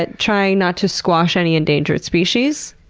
but try not to squash any endangered species.